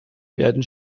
werden